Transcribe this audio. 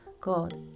God